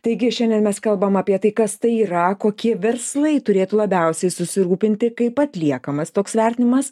taigi šiandien mes kalbam apie tai kas tai yra kokie verslai turėtų labiausiai susirūpinti kaip atliekamas toks vertinimas